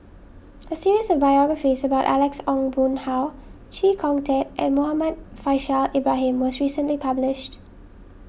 a series of biographies about Alex Ong Boon Hau Chee Kong Tet and Muhammad Faishal Ibrahim was recently published